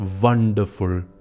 wonderful